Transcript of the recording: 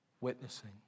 witnessing